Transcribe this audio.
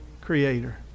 creator